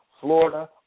Florida